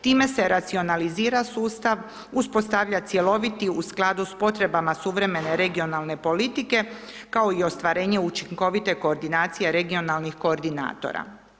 Time se racionalizira sustav, uspostavlja cjeloviti u skladu sa potrebama suvremene regionalne politike, kao i ostvarenje učinkovite koordinacije regionalnih koordinatora.